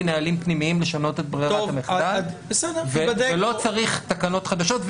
נהלים פנימיים לשנות את ברירת המחדל ולא צריך תקנות חדשות.